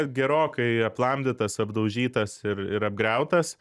gerokai aplamdytas apdaužytas ir ir apgriautas